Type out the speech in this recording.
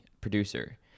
producer